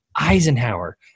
Eisenhower